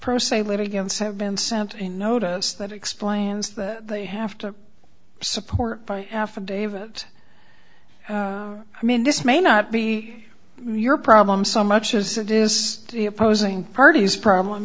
per se litigants have been sent a notice that explains that they have to support affidavit i mean this may not be your problem so much as it is the opposing parties problem